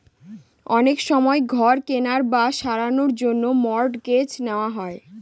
অনেক সময় ঘর কেনার বা সারানোর জন্য মর্টগেজ নেওয়া হয়